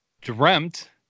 Dreamt